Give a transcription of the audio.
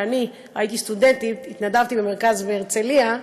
כשהייתי סטודנטית התנדבתי במרכז בהרצליה,